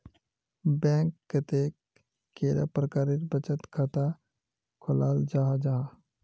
Bank कतेक कैडा प्रकारेर बचत खाता खोलाल जाहा जाहा?